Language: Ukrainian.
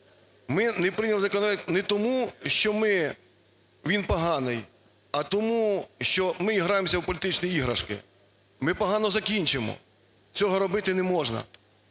Ми не прийняли законопроект не тому, що ми, він поганий, а тому, що ми граємося в політичні іграшки. Ми погано закінчимо. Цього робити не можна.